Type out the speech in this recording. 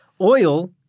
oil